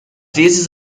vezes